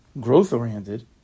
growth-oriented